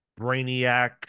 Brainiac